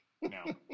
No